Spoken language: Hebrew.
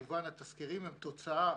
התסקירים הם תוצאה